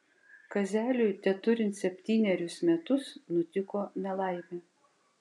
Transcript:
kazeliui teturint septynerius metus nutiko nelaimė